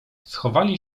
schowali